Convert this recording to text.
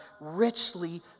richly